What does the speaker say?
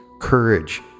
courage